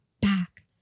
back